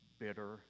Bitter